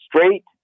straight